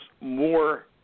more